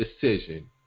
decision